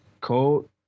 cold